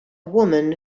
woman